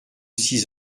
six